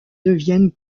deviennent